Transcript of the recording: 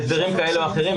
שוסטר, גם שאלה קצרה?